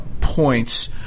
points